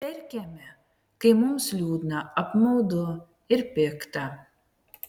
verkiame kai mums liūdna apmaudu ir pikta